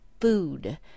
food